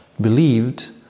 believed